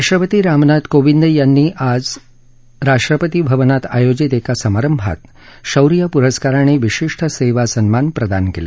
राष्ट्रपती रामनाथ कोविंद आज राष्ट्रपती भवनात आयोजित एका समारंभात शौर्य पुरस्कार आणि विशिष्ठ सेवा सन्मान प्रदान केले